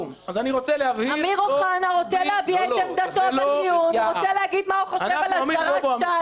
אמיר אוחנה רוצה לומר מה הוא חושב על הסדרה 2,